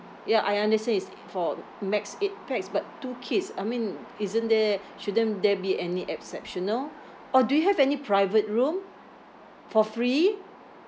ya I understand is for max eight pax but two kids I mean isn't there shouldn't there be any exceptional or do you have any private room for free